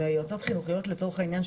או ליועצת החינוכיות לצורך העניין,